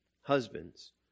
husbands